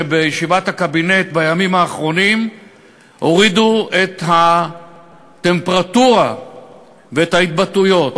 שבישיבת הקבינט בימים האחרונים הורידו את הטמפרטורה ואת ההתבטאויות.